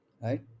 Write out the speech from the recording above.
right